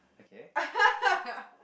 okay